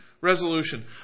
resolution